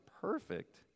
perfect